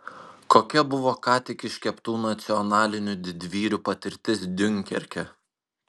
kokia buvo ką tik iškeptų nacionalinių didvyrių patirtis diunkerke